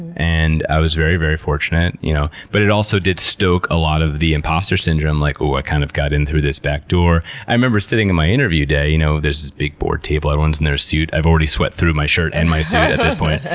and i was very, very fortunate, you know but it also did stoke a lot of the impostor syndrome, like, ooh, i kind of got in through this back door. i remember sitting on and my interview day, you know, there's this big board table, everyone's in their suit. i've already sweat through my shirt and my suit at this point.